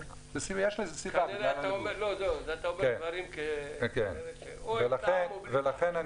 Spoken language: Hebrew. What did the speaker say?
יש לזה סיבה, בגלל הלבוש.